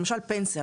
למשל פנסיה,